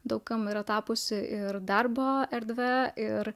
daug kam yra tapusi ir darbo erdve ir